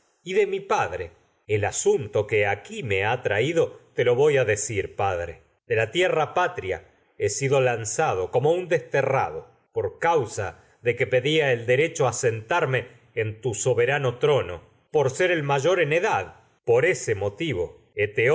me de mi a padre el asunto que aqui ha traído lo voy decir padre un de la tierra por patria que he sido lanzado como desterrado causa de pedia el derecho ser a sentarme en tu soberano trono por él por mayor su en edad por ese motivo